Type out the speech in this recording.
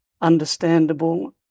understandable